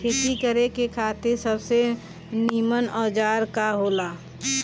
खेती करे खातिर सबसे नीमन औजार का हो ला?